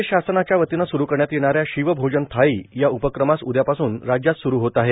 राज्य शासनाच्या वतीनं सुरू करण्यात येणा या शिवभोजन थाळी या उपक्रमास उद्यापासून राज्यात सुरू होत आहे